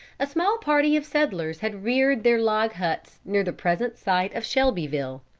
a small party of settlers had reared their log-huts near the present site of shelbyville.